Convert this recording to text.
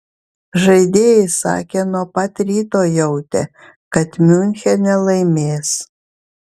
žaidėjai sakė nuo pat ryto jautę kad miunchene laimės